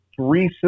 three